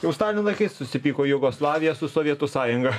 jau stalino laikais susipyko jugoslavija su sovietų sąjunga